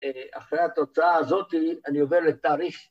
אחרי התוצאה הזאתי אני עובר לתאריש